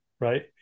right